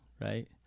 right